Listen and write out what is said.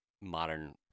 modern